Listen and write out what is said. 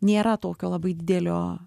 nėra tokio labai didelio